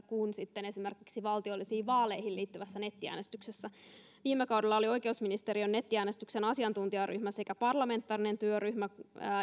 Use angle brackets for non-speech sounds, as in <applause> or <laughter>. <unintelligible> kuin esimerkiksi valtiollisiin vaaleihin liittyvässä nettiäänestyksessä viime kaudella oli oikeusministeriön nettiäänestyksen asiantuntijaryhmä sekä parlamentaarinen työryhmä